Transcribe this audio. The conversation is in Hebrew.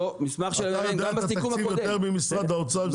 אתה יודע את התקציב יותר ממשרד האוצר?